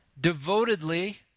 devotedly